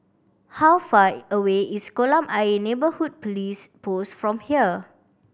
how far away is Kolam Ayer Neighbourhood Police Post from here